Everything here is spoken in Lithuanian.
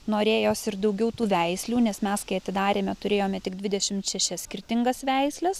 norėjosi ir daugiau tų veislių nes mes kai atidarėme turėjome tik dvidešimt šešias skirtingas veisles